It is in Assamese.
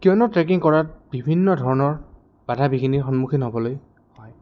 কিয়নো ট্ৰেকিং কৰাত বিভিন্ন ধৰণৰ বাধা বিঘিনিৰ সন্মুখীন হ'বলৈ হয়